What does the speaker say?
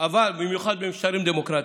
במיוחד במשטרים דמוקרטיים,